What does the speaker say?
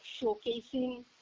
showcasing